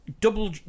Double